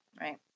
right